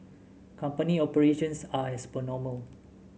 company operations are as per normal